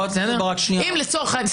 אם לצורך העניין,